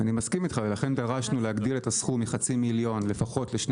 לכן דרשנו להגדיל את הסכום מחצי מיליון לפחות לשני